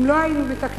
אם לא היו מתקנים,